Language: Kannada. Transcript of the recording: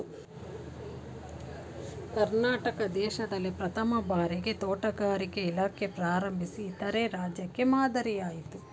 ಕರ್ನಾಟಕ ದೇಶ್ದಲ್ಲೇ ಪ್ರಥಮ್ ಭಾರಿಗೆ ತೋಟಗಾರಿಕೆ ಇಲಾಖೆ ಪ್ರಾರಂಭಿಸಿ ಇತರೆ ರಾಜ್ಯಕ್ಕೆ ಮಾದ್ರಿಯಾಯ್ತು